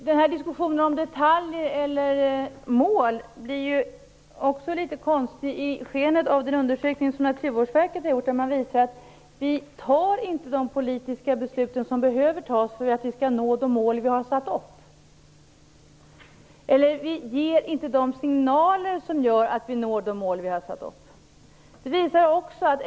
Herr talman! Diskussionen om detaljer/mål blir litet konstig i skenet av den undersökning som Naturvårdsverket har gjort. Där visar man på att vi inte fattar de politiska beslut som behöver fattas för att vi skall nå de mål som vi har satt upp. Vi ger alltså inte de signaler som gör att vi når de mål som vi har satt upp.